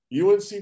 UNC